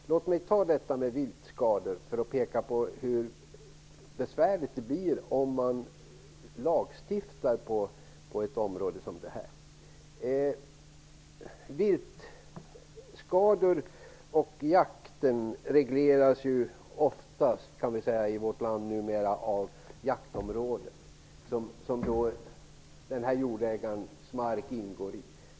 Låt mig ta upp frågan om viltskador för att visa hur besvärligt det blir, om man lagstiftar på ett område som detta. Viltskador och jakt regleras numera i vårt land oftast av det jaktområde som jordägarens mark ingår i.